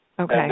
Okay